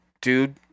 dude